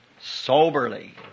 soberly